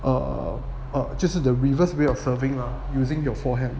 err err 就是 the reverse way of serving lah using your forehand